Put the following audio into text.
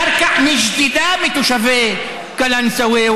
קרקע נשדדה מתושבי קלנסווה,